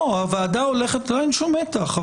אין שום מתח.